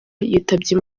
yitabye